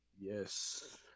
Yes